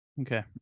Okay